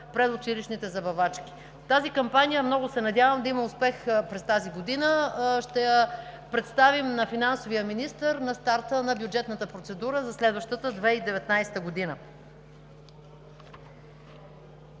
предучилищните забавачки. Тази кампания много се надявам да има успех през тази година. Ще я представим на финансовия министър на старта на бюджетната процедура за следващата 2019 г.